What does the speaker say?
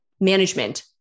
Management